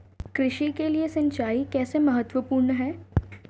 कृषि के लिए सिंचाई कैसे महत्वपूर्ण है?